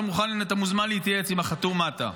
אתה מוזמן להתייעץ עם החתום ומטה.